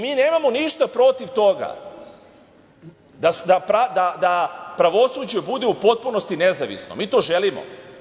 Mi nemamo ništa protiv toga da pravosuđe bude u potpunosti nezavisno, mi to želimo.